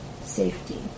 safety